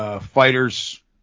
Fighters